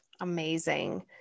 Amazing